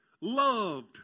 Loved